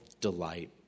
delight